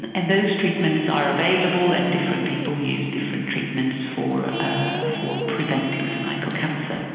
and and those treatments are available and different people use different treatments for ah for preventing cervical cancer.